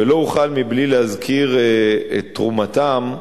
ולא אוכל בלי להזכיר את תרומתם,